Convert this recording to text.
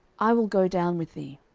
i will go down with thee.